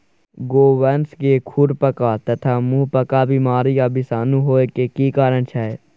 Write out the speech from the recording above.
गोवंश में खुरपका तथा मुंहपका बीमारी आ विषाणु होय के की कारण छै?